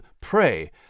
pray